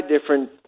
different